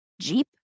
jeep